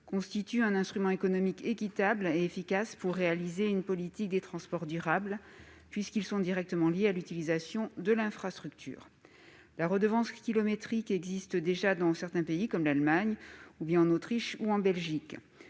constituent un instrument économique équitable et efficace pour réaliser une politique des transports durable, puisqu'ils sont directement liés à l'utilisation de l'infrastructure. » La redevance kilométrique existe déjà dans certains pays comme l'Allemagne, l'Autriche ou la Belgique.